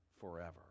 forever